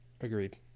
Agreed